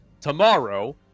tomorrow